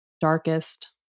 darkest